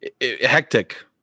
Hectic